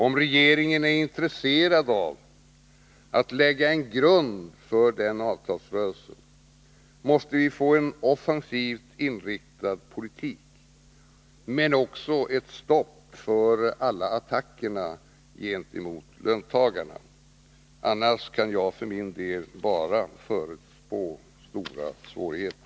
Om regeringen är intresserad av att lägga en grund för avtalsrörelsen måste vi få en offensivt inriktad politik men också ett stopp för alla attacker gentemot löntagarna. Annars kan jag för min del bara förutspå stora svårigheter.